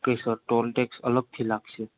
okay sir toll tax અલગથી લાગસે